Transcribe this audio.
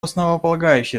основополагающее